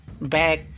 back